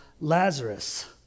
Lazarus